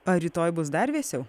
ar rytoj bus dar vėsiau